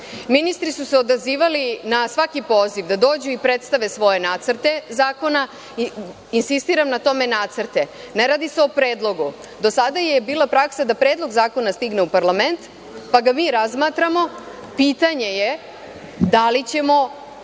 Ministri su se odazivali na svaki poziv da dođu i predstave svoje nacrte zakona, insistiram na tome nacrte, ne radi se o predlogu. Do sada je bila praksa da predlog zakona stigne u parlament, pa ga mi razmatramo, pitanje je da li ćemo